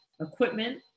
equipment